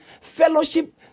fellowship